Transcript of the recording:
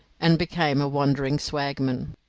and became a wandering swagman.